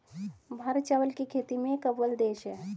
भारत चावल की खेती में एक अव्वल देश है